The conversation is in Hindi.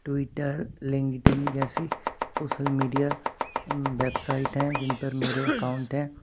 ट्विटर लिंगडिन जैसी सोसल मीडिया बेबसाइट हैं जिन पर मेरे अकाउंट हैं